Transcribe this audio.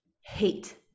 hate